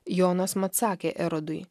jonas mat sakė erodui